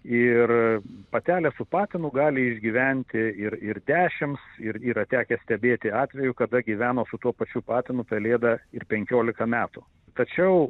ir patelė su patinu gali išgyventi ir ir dešims ir yra tekę stebėti atvejų kada gyveno su tuo pačiu patinu pelėda ir penkiolika metų tačiau